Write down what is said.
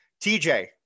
TJ